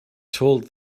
told